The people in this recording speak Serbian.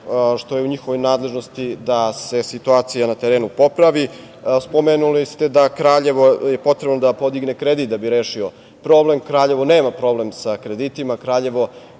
što je u njihovoj nadležnosti da se situacija na terenu popravi. Spomenuli ste da Kraljevo treba da popravi kredit da bi rešio problem. Kraljevo nema problem sa kreditima. Kraljevo,